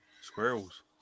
Squirrels